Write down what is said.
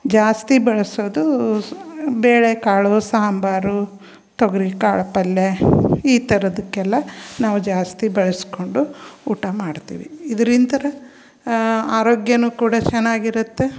ಜಾಸ್ತಿ ಬಳಸೋದೂ ಬೇಳೆ ಕಾಳು ಸಾಂಬಾರು ತೊಗರಿ ಕಾಳು ಪಲ್ಯ ಈ ಥರದ್ದಕ್ಕೆಲ್ಲ ನಾವು ಜಾಸ್ತಿ ಬಳಸ್ಕೊಂಡು ಊಟ ಮಾಡ್ತೀವಿ ಇದ್ರಿಂತ ಆರೋಗ್ಯನೂ ಕೂಡ ಚೆನ್ನಾಗಿರತ್ತೆ